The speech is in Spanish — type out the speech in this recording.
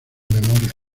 memorias